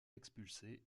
expulsés